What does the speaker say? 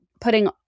putting